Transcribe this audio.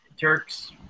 Turks –